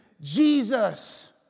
Jesus